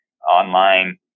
online